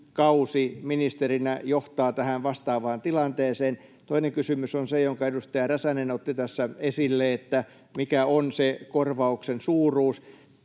ministerinä johtaa tähän vastaavaan tilanteeseen? Toinen kysymys on se, jonka edustaja Räsänen otti tässä esille, eli mikä on se korvauksen suuruus.